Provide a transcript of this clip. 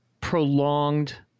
prolonged